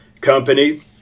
company